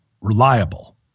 reliable